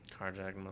Carjacking